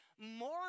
More